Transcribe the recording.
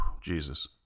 Jesus